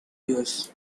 use